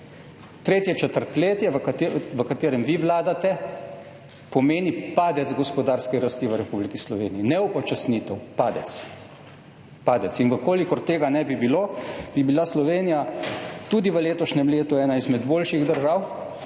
Tretje četrtletje, v katerem vi vladate, pomeni padec gospodarske rasti v Republiki Sloveniji. Ne upočasnitve, padec. Padec. In če tega ne bi bilo, bi bila Slovenija tudi v letošnjem letu ena izmed boljših držav,